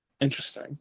Interesting